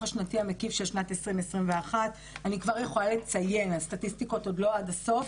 השנתי המקיף של שנת 2021. הסטטיסטיקות עוד לא עד הסוף,